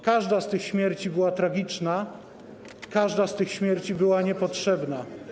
Każda z tych śmierci była tragiczna, każda z tych śmierci była niepotrzebna.